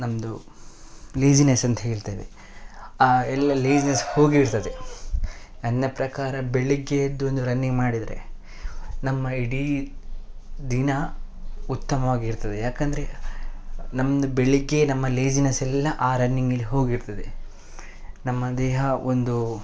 ನಮ್ಮದು ಲೇಜಿನೆಸ್ ಅಂತ ಹೇಳ್ತೇವೆ ಆ ಎಲ್ಲ ಲೇಜಿನೆಸ್ ಹೋಗಿರ್ತದೆ ನನ್ನ ಪ್ರಕಾರ ಬೆಳಿಗ್ಗೆ ಎದ್ದು ಒಂದು ರನ್ನಿಂಗ್ ಮಾಡಿದರೆ ನಮ್ಮ ಇಡೀ ದಿನ ಉತ್ತಮವಾಗಿರ್ತದೆ ಯಾಕೆಂದ್ರೆ ನಮ್ಮದು ಬೆಳಿಗ್ಗೆ ನಮ್ಮ ಲೇಜಿನೆಸ್ ಎಲ್ಲ ಆ ರನ್ನಿಂಗಲ್ಲಿ ಹೋಗಿರ್ತದೆ ನಮ್ಮ ದೇಹ ಒಂದು